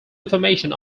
information